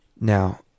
Now